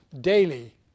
daily